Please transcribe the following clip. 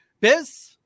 biz